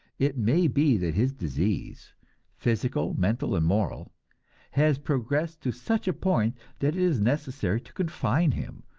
it may be that his disease physical, mental and moral has progressed to such a point that it is necessary to confine him,